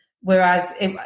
whereas